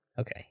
okay